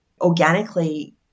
organically